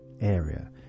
area